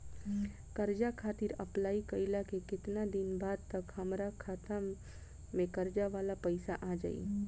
कर्जा खातिर अप्लाई कईला के केतना दिन बाद तक हमरा खाता मे कर्जा वाला पैसा आ जायी?